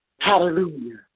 Hallelujah